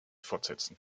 fortsetzen